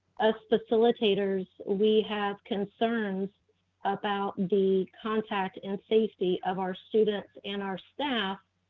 us facilitators we have concerns about the contact and safety of our students and our staff.